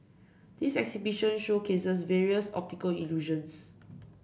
this exhibition showcases various optical illusions